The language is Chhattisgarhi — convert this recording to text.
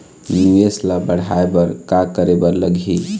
निवेश ला बढ़ाय बर का करे बर लगही?